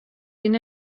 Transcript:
been